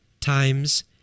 times